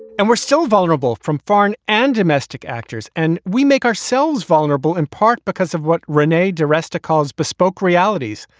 and we're still vulnerable from foreign and domestic actors. and we make ourselves vulnerable in part because of what rene de resta calls bespoke realities.